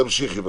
תמשיכי בבקשה.